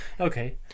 Okay